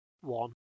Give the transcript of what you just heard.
one